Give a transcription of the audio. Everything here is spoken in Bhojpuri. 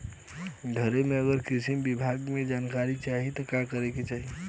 घरे से अगर कृषि विभाग के जानकारी चाहीत का करे के चाही?